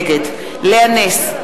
נגד לאה נס,